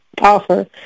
offer